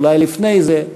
ואולי לפני זה,